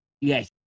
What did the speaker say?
yes